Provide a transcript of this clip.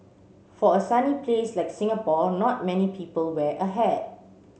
for a sunny place like Singapore not many people wear a hat